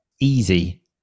easy